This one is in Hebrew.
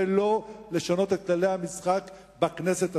ולא לשנות את כללי המשחק בכנסת הזאת.